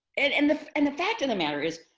and and the and the fact of the matter is,